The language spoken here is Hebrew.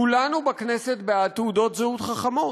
כולנו בכנסת בעד תעודות זהות חכמות.